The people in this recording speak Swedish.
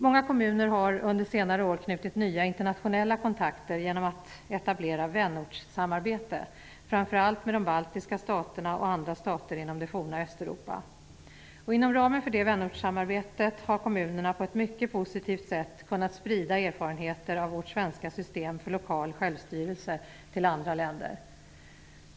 Många kommuner har under senare år knutit nya internationella kontakter genom att etablera vänortssamarbete framför allt med de baltiska staterna och andra stater inom det forna Östeuropa. Inom ramen för det vänortssamarbetet har kommunerna på ett mycket positivt sätt kunnat sprida erfarenheter av vårt svenska system för lokal självstyrelse till andra länder.